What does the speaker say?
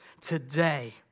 today